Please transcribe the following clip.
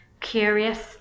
curious